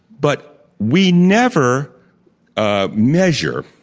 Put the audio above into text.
but we never ah measure,